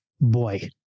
boy